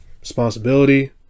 responsibility